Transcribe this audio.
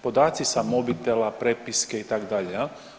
Podaci sa mobitela, prepiske itd. jel.